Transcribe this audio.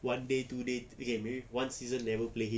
one day two day okay maybe one season never play him